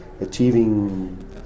achieving